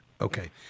Okay